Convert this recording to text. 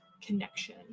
connection